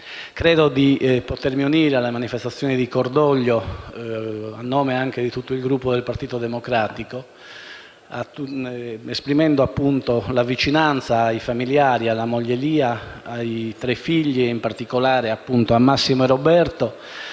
Credo di potermi unire alle manifestazioni di cordoglio, a nome anche di tutto il Gruppo del Partito Democratico, esprimendo la vicinanza ai familiari, alla moglie Lia e ai tre figli, in particolare a Massimo e a Roberto,